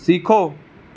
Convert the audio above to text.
सिक्खो